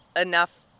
enough